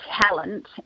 talent